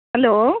hello